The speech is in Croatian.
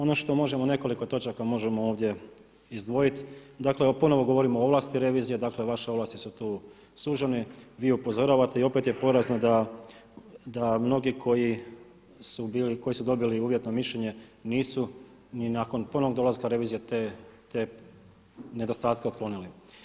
Ono što možemo, nekoliko točaka možemo ovdje izdvojit, dakle ponovno govorimo o ovlasti revizije, dakle vaše ovlasti su tu sužene, vi upozoravate i opet je porazno da mnogi koji su bili, koji su dobili uvjetno mišljenje nisu ni nakon ponovnog dolaska revizije te nedostatke otklonili.